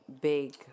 big